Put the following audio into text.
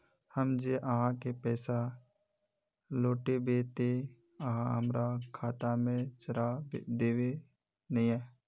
हम जे आहाँ के पैसा लौटैबे ते आहाँ हमरा खाता में चढ़ा देबे नय?